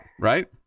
right